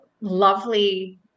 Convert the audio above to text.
lovely